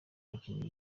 abakinnyi